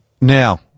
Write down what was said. Now